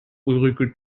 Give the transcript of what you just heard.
ulrike